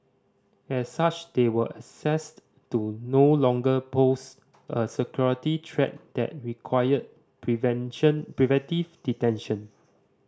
as such they were assessed to no longer pose a security threat that required prevention preventive detention